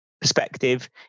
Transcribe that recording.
perspective